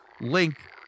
link